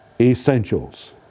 essentials